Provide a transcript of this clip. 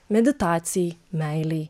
meditacijai meilei